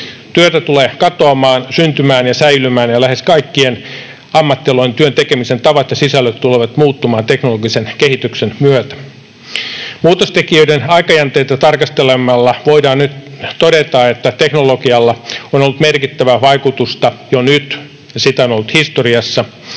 Työtä tulee katoamaan, syntymään ja säilymään, ja lähes kaikkien ammattialojen työntekemisen tavat ja sisällöt tulevat muuttumaan teknologisen kehityksen myötä. Muutostekijöiden aikajänteitä tarkastelemalla voidaan nyt todeta, että teknologialla on ollut merkittävää vaikutusta jo nyt ja sitä on ollut historiassa.